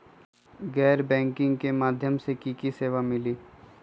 गैर बैंकिंग के माध्यम से की की सेवा मिली?